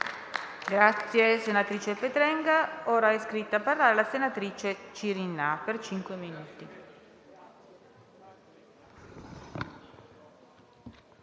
Grazie